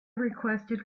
requested